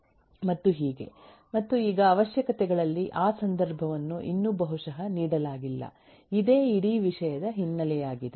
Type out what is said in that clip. ಮತ್ತು ಹೀಗೆ ಮತ್ತು ಈಗ ಅವಶ್ಯಕತೆಗಳಲ್ಲಿ ಆ ಸಂದರ್ಭವನ್ನು ಇನ್ನು ಬಹುಶಃ ನೀಡಲಾಗಿಲ್ಲ ಇದೇ ಇಡೀ ವಿಷಯದ ಹಿನ್ನೆಲೆಯಾಗಿದೆ